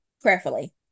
prayerfully